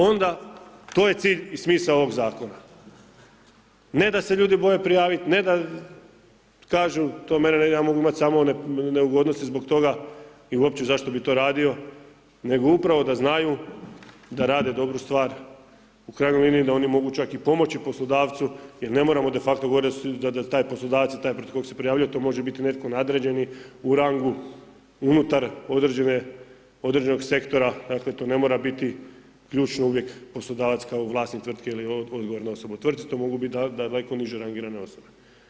Onda, to je cilj i smisao ovog zakona, ne da se ljudi boje prijavit, ne da kažu to mene, ja mogu imat samo one neugodnosti zbog toga i uopće zašto bi to radio, nego upravo da znaju da rade dobru stvar u krajnjoj liniji da oni mogu čak i pomoći poslodavcu jer ne moramo de facto govoriti da taj poslodavac i taj protiv kog se prijavljuje, to može biti netko nadređeni u rangu unutar određenog sektora, dakle to ne mora biti ključno uvijek poslodavac kao vlasnik tvrtke ili odgovorna osoba u tvrtki to mogu biti daleko niže rangirane osobe.